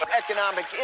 economic